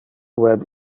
web